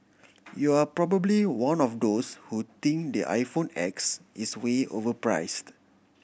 you're probably one of those who think the iPhone X is way overpriced